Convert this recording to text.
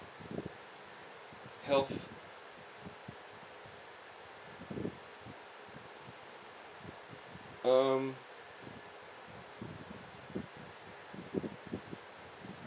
health um